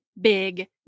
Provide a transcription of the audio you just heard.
big